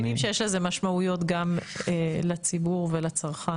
אנחנו מבינים שיש לזה משמעויות גם לציבור ולצרכן.